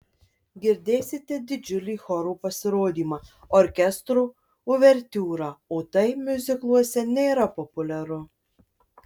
girdėsite didžiulį choro pasirodymą orkestro uvertiūrą o tai miuzikluose nėra populiaru